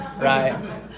right